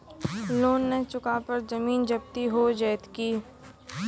Loan न चुका पर जमीन जब्ती हो जैत की?